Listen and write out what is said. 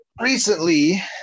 recently